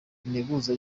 integuza